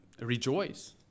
rejoice